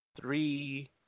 three